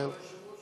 כבוד היושב-ראש.